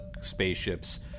spaceships